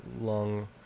long